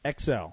XL